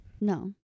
No